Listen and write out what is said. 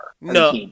No